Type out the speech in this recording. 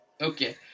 Okay